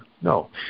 No